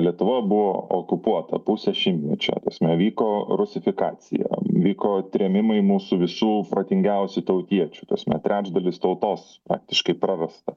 lietuva buvo okupuota pusę šimtmečio ta prasme vyko rusifikacija vyko trėmimai mūsų visų protingiausių tautiečių ta prasme trečdalis tautos praktiškai prarasta